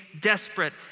desperate